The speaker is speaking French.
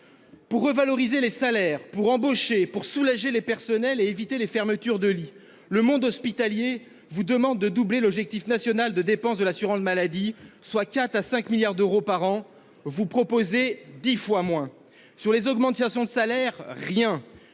Pour revaloriser les salaires, pour embaucher, pour soulager les personnels et éviter les fermetures de lits, le monde hospitalier vous demande de doubler l'objectif national de dépenses de l'assurance maladie, soit une augmentation de 4 à 5 milliards d'euros par an. Vous proposez dix fois moins ! Sur les augmentations de salaire, rien